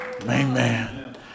Amen